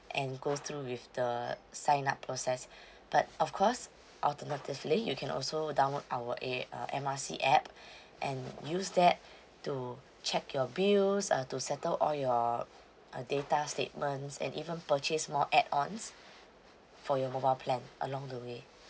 and go through with the sign up process but of course alternatively you can also download our a M R C app and use that to check your bills uh to settle all your uh data statements and even purchase more add-ons for your mobile plan along the way